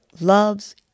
love's